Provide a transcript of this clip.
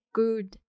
good